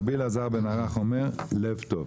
רבי אלעזר בן ערך אומר: לב טוב.